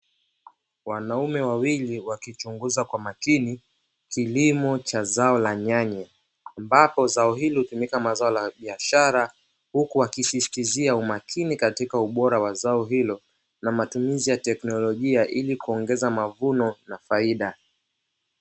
Wanaume wawili wakichunguza kwa makini kilimo cha zao la nyanya, ambapo zao hilo hutumika kama zao la biashara huku wakisisitiza ubora wa zao hilo na matumizi ya teknolojia ili kuongeza mavuno na faida.